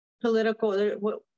political